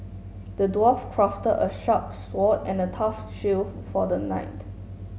the dwarf crafted a sharp sword and a tough shield for the knight